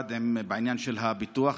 במיוחד בעניין של הביטוח,